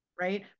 right